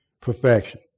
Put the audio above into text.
perfection